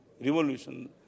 revolution